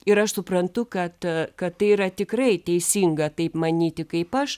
ir aš suprantu kad kad tai yra tikrai teisinga taip manyti kaip aš